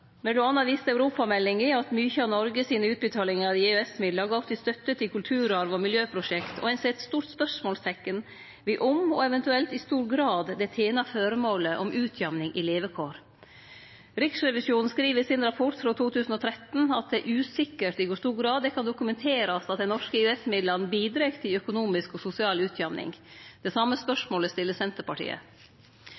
Me meiner EØS-midlane i liten grad bidreg til dette. Mellom anna viste Europa-meldinga at mykje av Noregs utbetalingar i EØS-midlar går til støtte til kulturarv og miljøprosjekt, og ein set eit stort spørsmålsteikn ved om – og eventuelt i kor stor grad – det tener føremålet om utjamning i levekår. Riksrevisjonen skriv i sin rapport frå 2013 at det er usikkert i kor stor grad det kan dokumenterast at dei norske EØS-midlane bidreg til økonomisk og sosial utjamning. Det same